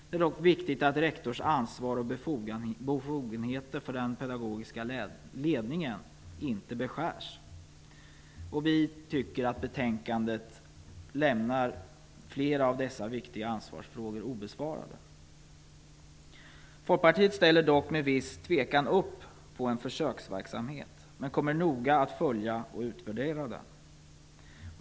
Det är dock viktigt att rektors ansvar och befogenheter för den pedagogiska ledningen inte beskärs. Vi tycker att betänkandet lämnar flera av dessa viktiga ansvarsfrågor obesvarade. Folkpartiet ställer dock med viss tvekan upp på en försöksverksamhet men kommer noga att följa och utvärdera den.